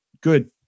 good